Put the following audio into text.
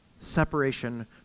separation